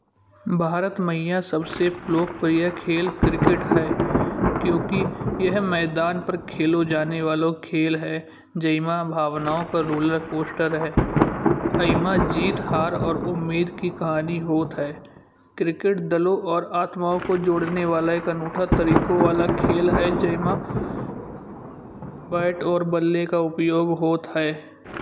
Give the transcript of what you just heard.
भारत मया सबसे लोकप्रिय खेल क्रिकेट है क्युंकि यहाँ मैदान पर खेलो जाने वालोन खेल है। जायी मा भावनाओं का रूलर कोस्टर है एमा जीत हार और उम्मीद की कहानी होत है। क्रिकेट दलों और आत्माओं को जोड़ने वाला एक अनूठा तरीकों वाला खेल है जयिमा बैट और बल्ले का उपयोग होता है।